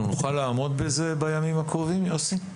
אנחנו נוכל לעמוד בזה בימים הקרובים, יוסי?